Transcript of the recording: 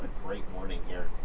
great morning here.